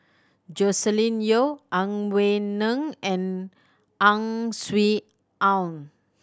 Joscelin Yeo Ang Wei Neng and Ang Swee Aun